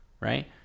right